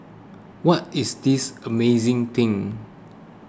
what is this amazing thing